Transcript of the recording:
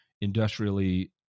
industrially